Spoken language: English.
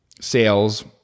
sales